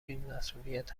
بیمسئولیت